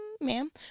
Ma'am